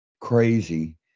crazy